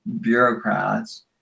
bureaucrats